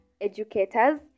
educators